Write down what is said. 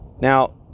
Now